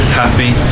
happy